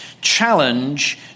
challenge